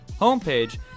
homepage